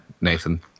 nathan